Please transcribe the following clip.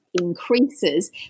increases